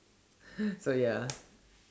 so ya